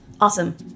Awesome